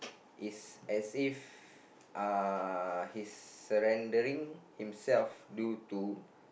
is as if uh he's surrendering himself due to